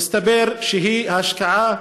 מסתבר שהיא ההשקעה